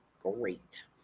Great